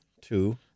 two